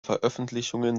veröffentlichungen